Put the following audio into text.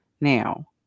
now